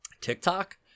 tiktok